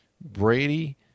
Brady